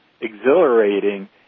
exhilarating